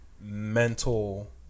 mental